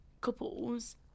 couples